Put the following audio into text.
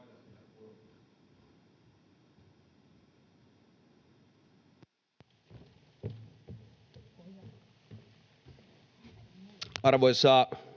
Arvoisa